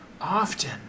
Often